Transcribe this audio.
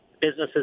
businesses